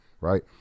right